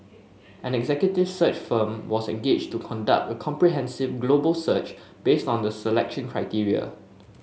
an executive search firm was engaged to conduct a comprehensive global search based on the selection criteria